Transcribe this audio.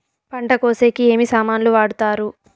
పంట కోసేకి ఏమి సామాన్లు వాడుతారు?